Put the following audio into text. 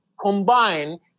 combine